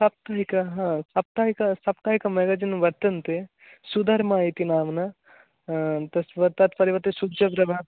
साप्ताहिक सप्ताहिक साप्ताहिक मगजिन् वर्तन्ते सुधर्मा इति नाम्ना तत् तत् परिवते सूच्यन्ते वा